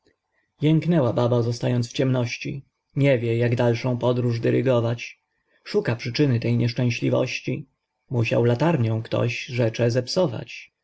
baba zostając w ciemności nie wie jak dalszą podróż dyrygować szuka przyczyny tej nieszczęśliwości musiał latarnią ktoś